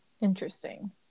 Interesting